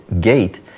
gate